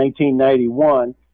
1991